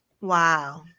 Wow